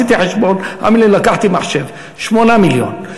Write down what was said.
עשיתי חשבון, תאמין לי, לקחתי מחשב, 8 מיליון.